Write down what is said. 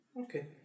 Okay